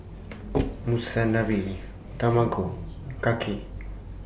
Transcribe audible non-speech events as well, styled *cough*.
*noise* Monsunabe Tamago Kake